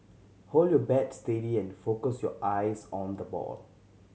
hold your bat steady and focus your eyes on the ball